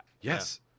Yes